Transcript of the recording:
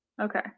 okay